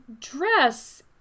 dress